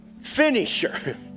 finisher